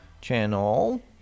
channel